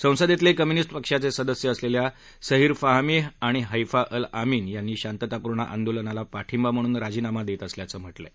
संसदेतले कम्युनिस्ट पक्षाचे सदस्य असलेल्या सहीर फाहमी आणि हृष्ठी अल आमीन यांनी शांततापूर्ण आंदोलनाला पाठिंबा म्हणून राजीनामा देत असल्याचं म्हटलं आहे